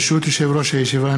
ברשות יושב-ראש הישיבה,